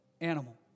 animal